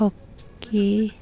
hokey